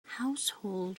household